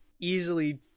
easily